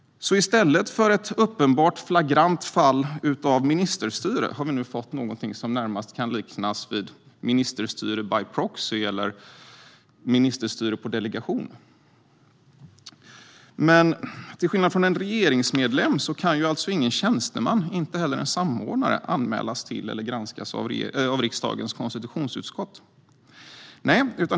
I stället för ett uppenbart flagrant fall av ministerstyre har nu vi fått någonting som närmast kan liknas vid ministerstyre by proxy eller ministerstyre på delegation. Men till skillnad från en regeringsmedlem kan inte någon tjänsteman, och inte heller en samordnare, anmälas till eller granskas av riksdagens konstitutionsutskott.